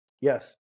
Yes